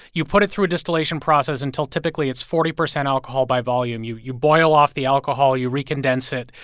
you put it through a distillation process until, typically, it's forty percent alcohol by volume. you you boil off the alcohol. you re-condense it.